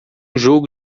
jogo